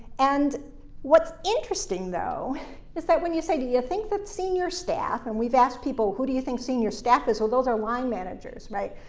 and what's interesting though is that when you say, do you think the senior staff and we've asked people, who do you think senior staff is? oh, those are line managers, right?